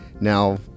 now